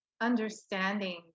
understanding